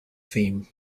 theme